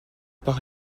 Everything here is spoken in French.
par